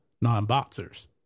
non-boxers